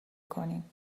کنیم